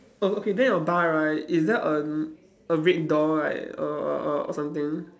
oh okay then your bar right is there a a red door right or or or something